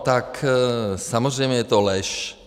Tak samozřejmě, je to lež.